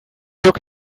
took